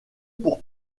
pour